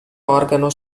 organo